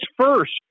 first